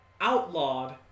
outlawed